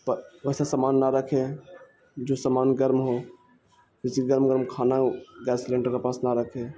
ویسا سامان نہ رکھے جو سامان گرم ہو جیسے گرم گرم کھانا ہو گیس سلینڈر کے پاس نہ رکھیں